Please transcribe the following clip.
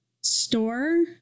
store